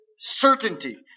certainty